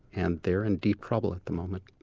and they're in deep trouble at the moment.